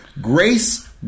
grace